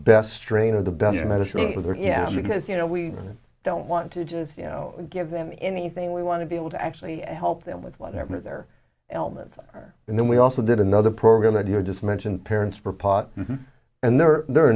best strain or the best medicine because you know we don't want to just you know give them in anything we want to be able to actually help them with whatever their elements are and then we also did another program that you just mentioned parents for pot and there are there a